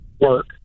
work